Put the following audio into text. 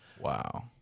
Wow